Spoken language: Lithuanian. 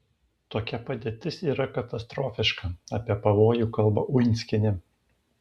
tokia padėtis yra katastrofiška apie pavojų kalba uinskienė